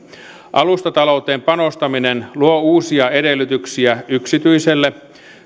alustatalouteen panostaminen luo uusia edellytyksiä yksityiselle